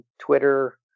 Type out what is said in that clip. Twitter